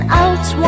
out